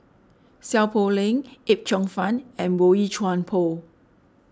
Seow Poh Leng Yip Cheong Fun and Boey Chuan Poh